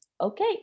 okay